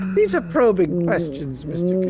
these are probing questions, mr.